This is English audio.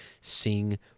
Sing